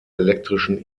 elektrischen